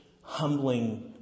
humbling